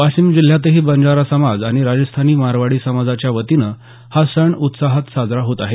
वाशिम जिल्ह्यातही बंजारा समाज आणि राजस्थानी मारवाडी समाजाच्या वतीनं हा सण उत्साहात साजरा होत आहे